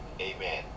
Amen